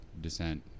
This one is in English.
descent